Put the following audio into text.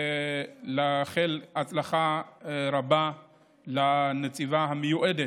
אני רוצה לאחל הצלחה רבה לנציבה המיועדת,